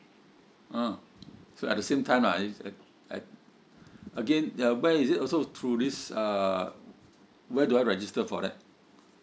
uh so at the same time lah I I I again ya where is it also through this uh where do I register for that